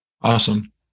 Awesome